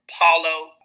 Paulo